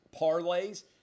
parlays